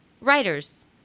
writers